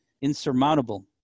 insurmountable